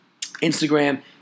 Instagram